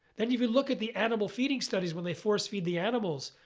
then if you look at the animal feeding studies when they force feed the animals,